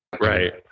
Right